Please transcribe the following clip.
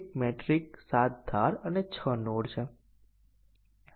તેથી ખોટું અને સાચું ખોટું હશે